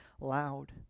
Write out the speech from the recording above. loud